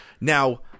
Now